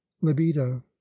libido